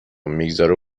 میگذاره